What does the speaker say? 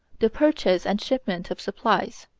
the purchase and shipment of supplies.